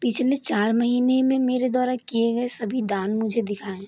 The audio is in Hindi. पिछले चार महीने में मेरे द्वारा किए गए सभी दान मुझे दिखाएँ